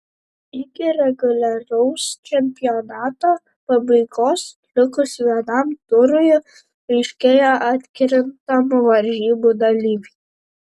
iki reguliaraus čempionato pabaigos likus vienam turui aiškėja atkrintamų varžybų dalyviai